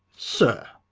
sir!